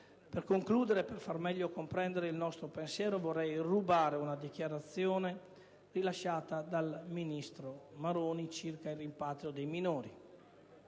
Per concludere e per far meglio comprendere il nostro pensiero vorrei rubare una dichiarazione rilasciata dal ministro Maroni circa il rimpatrio dei minori.